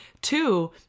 Two